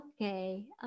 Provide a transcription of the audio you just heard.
okay